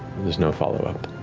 there's no follow-up.